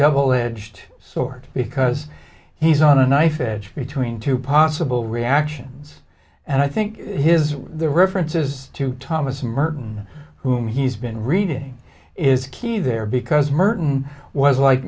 double edged sword because he's on a knife edge between two possible reactions and i think his the references to thomas merton whom he's been reading is key there because merton was like